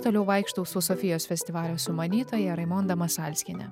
toliau vaikštau su sofijos festivalio sumanytoja raimonda masalskiene